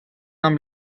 amb